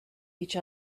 each